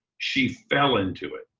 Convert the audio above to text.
she fell into it.